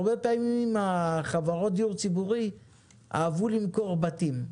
הרבה פעמים חברות הדיור הציבורי אהבו למכור בתים.